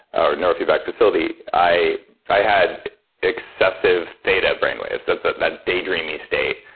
our neurofeedback facility, i i had excessive theta brainwaves, that's that that daydreamy state,